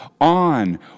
on